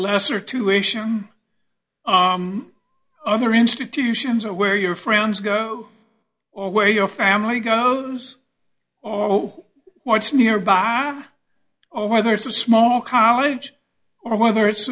lesser to ation other institutions or where your friends go or where your family goes oh what's nearby or whether it's a small college or whether it's